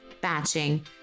batching